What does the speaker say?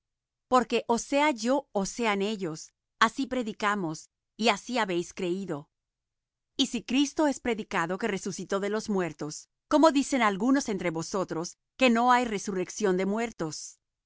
porque ó sea yo ó sean ellos así predicamos y así habéis creído y si cristo es predicado que resucitó de los muertos cómo dicen algunos entre vosotros que no hay resurrección de muertos